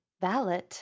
valet